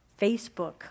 Facebook